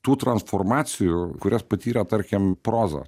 tų transformacijų kurias patyrė tarkim proza